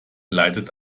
leitet